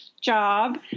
job